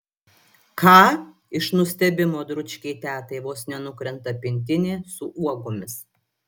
ką iš nustebimo dručkei tetai vos nenukrenta pintinė su uogomis